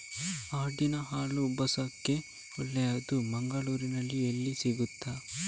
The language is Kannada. ಆಡಿನ ಹಾಲು ಉಬ್ಬಸ ರೋಗಕ್ಕೆ ಒಳ್ಳೆದು, ಮಂಗಳ್ಳೂರಲ್ಲಿ ಎಲ್ಲಿ ಸಿಕ್ತಾದೆ?